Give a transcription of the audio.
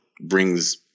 brings